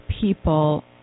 people